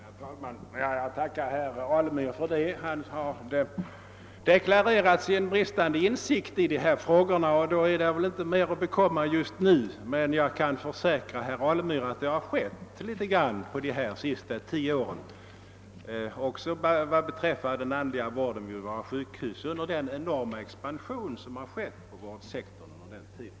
Herr talman! Jag tackar herr Alemyr för svaret. Han har deklarerat sin bristande insikt i dessa frågor, och då är det väl inte mer att få ut just nu. Men jag kan försäkra herr Alemyr att det har hänt en del under de senaste tio åren också beträffande den andliga vården vid våra sjukhus med den enorma expansion som under den tiden har skett inom vårdsektorn.